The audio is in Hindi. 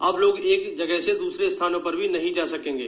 अब लोग एक जगह से दूसरे स्थानों पर नहीं जा सकेंगे